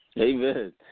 Amen